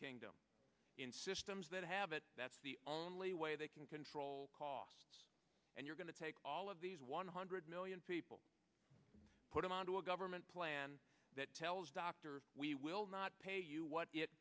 kingdom in systems that have it that's the only way they can control costs and you're going to take all of these one hundred million people put them onto a government plan that tells dr we will not pay you what it